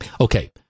Okay